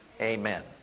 Amen